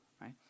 right